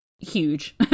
huge